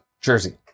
Jersey